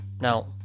now